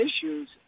issues